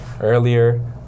earlier